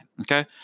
Okay